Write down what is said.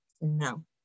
No